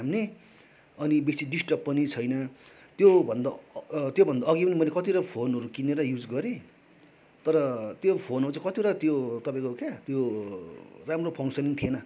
थाम्ने अनि बेसी डिस्टर्ब पनि छैन त्योभन्दा त्योभन्दा अघि पनि मैले कतिवटा फोनहरू किनेर युज गरेँ तर त्यो फोनहरू चाहिँ कतिवटा त्यो तपाईँको के त्यो राम्रो फङ्सनिङ थिएन